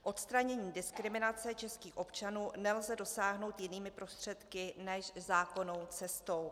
Odstranění diskriminace českých občanů nelze dosáhnout jinými prostředky než zákonnou cestou.